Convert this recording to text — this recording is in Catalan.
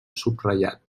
subratllat